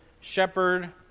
shepherd